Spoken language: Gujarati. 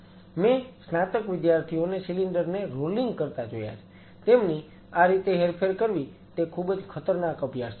મેં સ્નાતક વિદ્યાર્થીઓને સિલિન્ડર ને રોલિંગ કરતા જોયા છે તેમની આ રીતે હેરફેર કરવી તે ખૂબ જ ખતરનાક અભ્યાસ છે